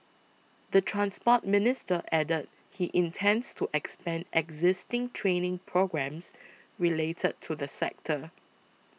the Transport Minister added he intends to expand existing training programmes related to the sector